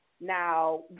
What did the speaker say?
Now